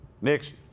Next